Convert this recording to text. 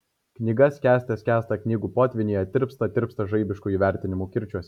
knyga skęste skęsta knygų potvynyje tirpte tirpsta žaibiškų įvertinimų kirčiuose